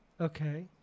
Okay